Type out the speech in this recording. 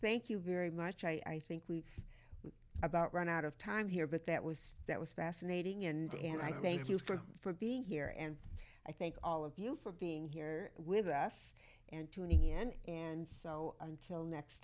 thank you very much i think we've about run out of time here but that was that was fascinating and and i thank you for for being here and i thank all of you for being here with us and to any end and so until next